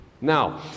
Now